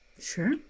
sure